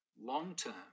long-term